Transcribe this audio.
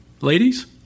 ladies